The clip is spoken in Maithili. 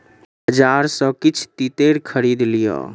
बजार सॅ किछ तेतैर खरीद लिअ